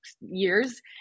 years